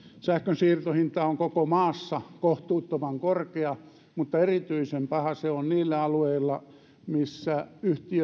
sähkön siirtohinta on koko maassa kohtuuttoman korkea mutta erityisen paha se on niillä alueilla missä